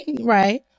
Right